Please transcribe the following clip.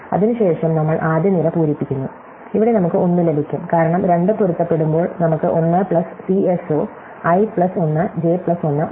അതിനുശേഷം നമ്മൾ ആദ്യ നിര പൂരിപ്പിക്കുന്നു ഇവിടെ നമുക്ക് 1 ലഭിക്കും കാരണം രണ്ട് പൊരുത്തപ്പെടുമ്പോൾ നമുക്ക് 1 plus cso I plus 1 J plus 1 ഉണ്ട്